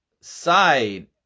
side